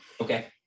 Okay